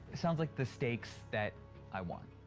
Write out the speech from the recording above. sounds like the stakes that i want.